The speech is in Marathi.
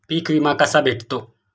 पीक विमा कसा भेटतो?